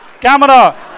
Camera